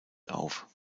auf